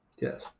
Yes